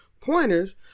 pointers